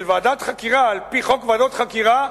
של ועדת חקירה על-פי חוק ועדות חקירה,